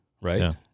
Right